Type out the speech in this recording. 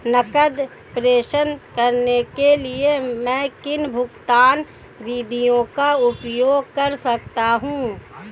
नकद प्रेषण करने के लिए मैं किन भुगतान विधियों का उपयोग कर सकता हूँ?